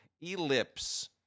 Ellipse